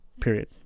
period